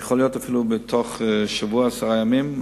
יכול להיות שאפילו בתוך שבוע עד עשרה ימים,